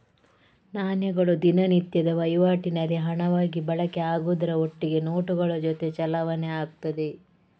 ನಾಣ್ಯಗಳು ದಿನನಿತ್ಯದ ವೈವಾಟಿನಲ್ಲಿ ಹಣವಾಗಿ ಬಳಕೆ ಆಗುದ್ರ ಒಟ್ಟಿಗೆ ನೋಟುಗಳ ಜೊತೆ ಚಲಾವಣೆ ಆಗ್ತದೆ